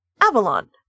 Avalon